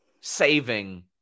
saving